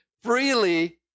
freely